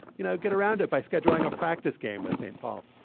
you know, get around it by scheduling a practice game with st. paul